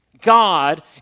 God